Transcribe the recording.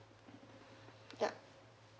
yup